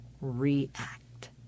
react